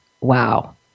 Wow